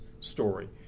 story